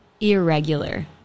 irregular